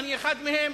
אני אחד מהם,